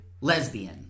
Lesbian